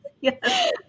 Yes